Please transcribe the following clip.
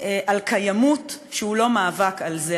על קיימות שהוא לא מאבק על זה,